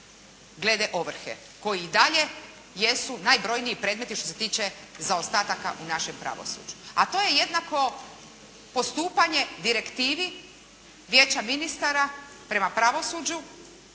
glede ovrhe koji i dalje jesu najbrojniji predmeti što se tiče zaostataka u našem pravosuđu. A to je jednako postupanje direktivi Vijeća ministara prema pravosuđu